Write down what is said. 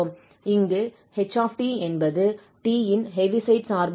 இங்கு 𝐻𝑡 என்பது t இன் ஹெவிசைட் சார்பு ஆகும்